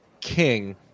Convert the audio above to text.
King